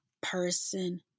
person